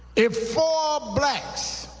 if four blacks